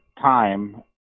time